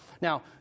Now